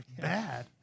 Bad